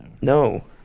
No